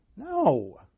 No